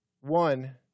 one